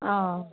অ